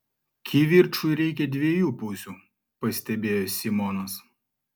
kivirčui reikia dviejų pusių pastebėjo simonas